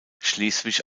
schleswig